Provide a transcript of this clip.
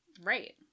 right